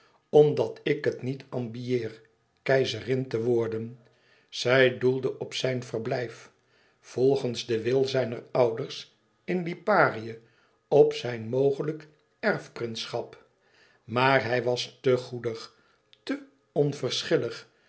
omdat k het niet ambieer keizerin te worden zij doelde op zijn verblijf volgens den wil zijner ouders in liparië op zijn mogelijk erfprinsschap maar hij was te goedig te